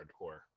hardcore